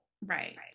Right